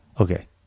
Okay